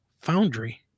foundry